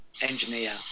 engineer